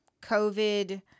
COVID